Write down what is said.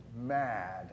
mad